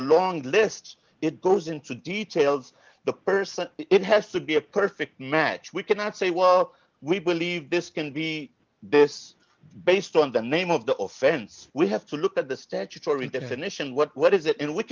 a long list it goes into details the person it has to be a perfect match we cannot say well we believe this is going to be this based on the name of the offense we have to look at the statutory definition what is it and we